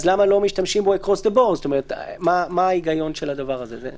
אז למה לא משתמשים בו באופן גורף מה ההיגיון של הדבר הזה?